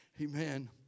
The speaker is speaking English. Amen